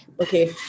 okay